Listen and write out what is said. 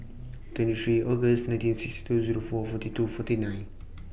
twenty three August nineteen sixty two Zero four forty two forty nine